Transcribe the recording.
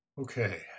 Okay